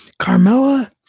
Carmella